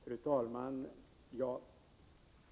Fru talman!